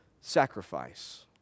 sacrifice